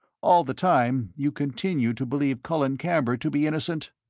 all the time you continued to believe colin camber to be innocent?